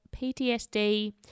PTSD